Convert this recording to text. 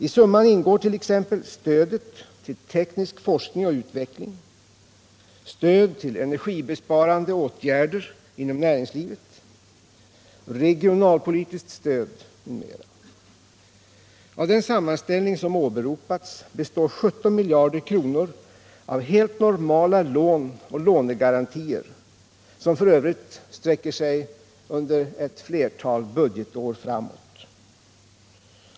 I summan ingår t.ex. stödet till teknisk forskning och utveckling, stöd till energibesparande åtgärder inom näringslivet, regionalpolitiskt stöd m.m. Av den sammanställning som åberopats består 17 miljarder kronor av helt normala lån och lånegarantier, som f. ö. sträcker sig ett flertal budgetår framåt.